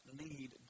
need